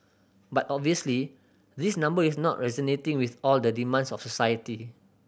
but obviously this number is not resonating with all the demands of society